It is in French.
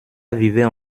vivaient